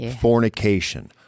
fornication